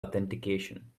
authentication